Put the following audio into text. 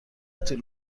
طول